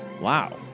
Wow